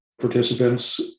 participants